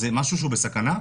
זה משהו שהוא בסכנה?